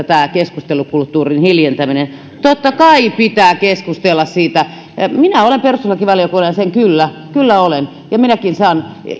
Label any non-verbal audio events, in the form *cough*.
*unintelligible* tämä keskustelukulttuurin hiljentäminen on hyvin mielenkiintoista totta kai pitää keskustella siitä minä olen perustuslakivaliokunnan jäsen kyllä kyllä olen ja minäkin saan